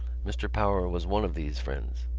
mr. power was one of these friends.